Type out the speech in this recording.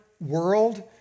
world